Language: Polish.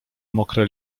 mokre